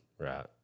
Right